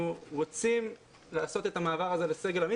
אנחנו רוצים לעשות את המעבר הזה לסגל עמית